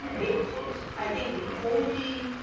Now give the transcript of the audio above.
they were close to. i think the only